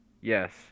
Yes